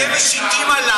תן לי לסיים.